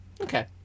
Okay